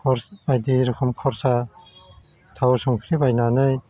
खरस बायदि रोखोम खरसा थाव संख्रि बायनानै